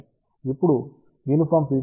ఇప్పుడు uniform feed సమస్యను చూద్దాం